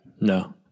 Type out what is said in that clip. No